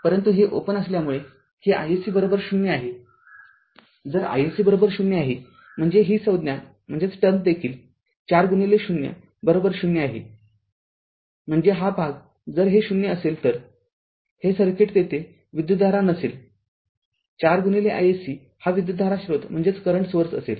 परंतु हे ओपन असल्यामुळे हे iSC ० आहेजर iSC ० आहे म्हणजे ही संज्ञा देखील ४ गुणिले ० ० आहे म्हणजे हा भाग जर हे ० असेल तर हे सर्किट तेथे विद्युतधारा नसेल ४ गुणिले iSC हा विद्युतधारा स्रोत असेल